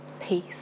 peace